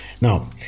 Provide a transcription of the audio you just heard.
Now